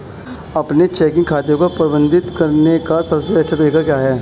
अपने चेकिंग खाते को प्रबंधित करने का सबसे अच्छा तरीका क्या है?